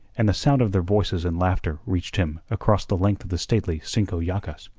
and the sound of their voices and laughter reached him across the length of the stately cinco llagas.